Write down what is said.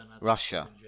russia